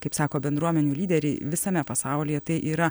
kaip sako bendruomenių lyderiai visame pasaulyje tai yra